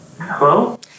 Hello